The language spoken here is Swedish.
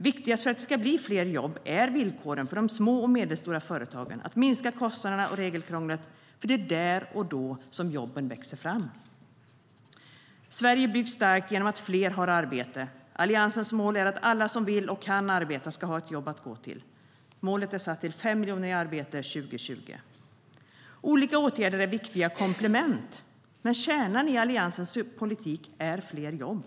Viktigast för att det ska bli fler jobb är villkoren för de små och medelstora företagen och att minska kostnaderna och regelkrånglet, för det är där och då som jobben växer fram. Sverige byggs starkt genom att fler har arbete. Alliansens mål är att alla som vill och kan arbeta ska ha ett jobb att gå till. Målet är 5 miljoner i arbete 2020. Olika åtgärder är viktiga komplement, men kärnan i Alliansens politik är fler jobb.